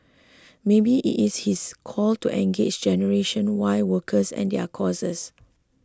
maybe it is his call to engage generation Y workers and their causes